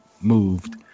moved